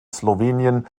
slowenien